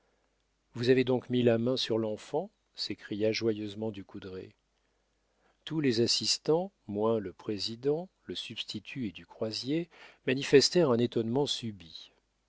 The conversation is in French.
vous avez donc mis la main sur l'enfant s'écria joyeusement du coudrai tous les assistants moins le président le substitut et du croisier manifestèrent un étonnement subit